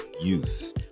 Youth